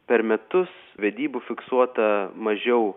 per metus vedybų fiksuota mažiau